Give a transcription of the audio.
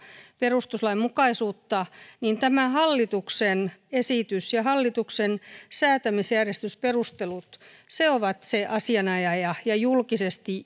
perustuslainmukaisuutta niin tämä hallituksen esitys ja hallituksen säätämisjärjestysperustelut ovat se asianajaja ja ja julkisesti